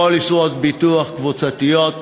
פוליסות ביטוח קבוצתיות